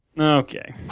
Okay